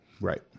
right